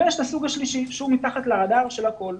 יש את הסוג השלישי שהוא מתחת לרדאר של הכול,